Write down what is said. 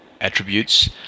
attributes